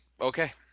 okay